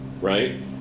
right